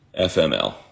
FML